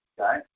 okay